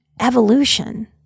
evolution